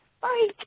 Bye